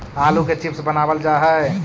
आलू के चिप्स बनावल जा हइ